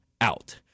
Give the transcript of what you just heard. out